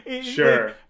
sure